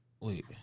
Wait